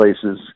places